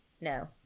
No